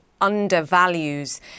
undervalues